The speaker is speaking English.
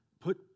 Put